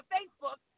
Facebook